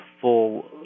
full